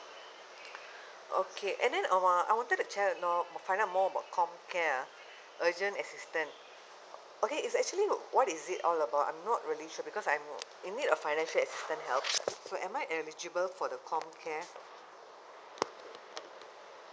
okay and then I want I wanted to check or not or find out more about comcare ah urgent assistance okay it's actually what is it all about I'm not really sure because I'm we need a financial assistance help so am I eligible for the comcare